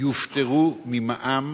יופטרו ממע"מ